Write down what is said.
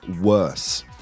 worse